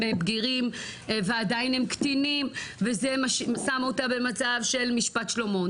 בגירים ועדיין הם קטינים וזה שם אותן במצב של משפט שלמה.